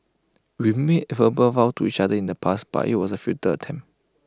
we made verbal vows to each other in the past but IT was A futile attempt